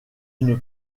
une